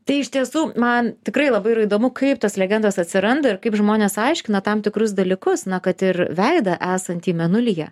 tai iš tiesų man tikrai labai yra įdomu kaip tos legendos atsiranda ir kaip žmonės aiškina tam tikrus dalykus na kad ir veidą esantį mėnulyje